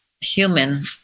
human